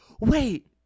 Wait